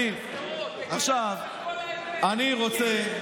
עכשיו אני רוצה,